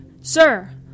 Sir